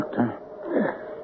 Doctor